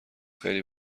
خیلی